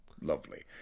Lovely